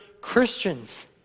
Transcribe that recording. Christians